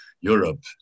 Europe